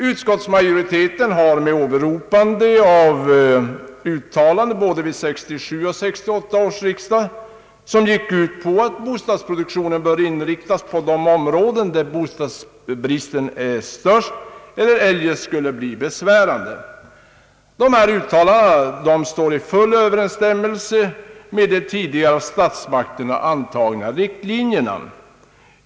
Utskottsmajoriteten har åberopat uttalanden av både 1967 och 1968 års riksdagar att bostadsproduktionen bör inriktas på områden där bostadsbristen är störst eller eljest skulle bli besvärande, Dessa uttalanden står i full överensstämmelse med de tidigare av statsmakterna antagna riktlinjerna.